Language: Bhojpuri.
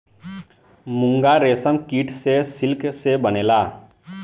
मूंगा रेशम कीट से सिल्क से बनेला